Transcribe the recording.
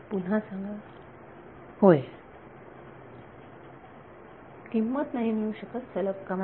होय विद्यार्थी किंमत नाही मिळू शकत सलग कामासाठी